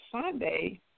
Sunday